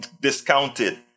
discounted